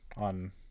on